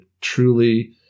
truly